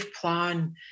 plan